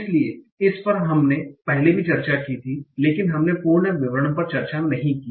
इसलिए इस पर हमने पहले भी चर्चा की थी लेकिन हमने पूर्ण विवरण पर चर्चा नहीं की